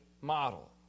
model